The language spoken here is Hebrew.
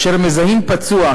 כאשר מזהים פצוע,